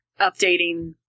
updating